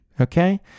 okay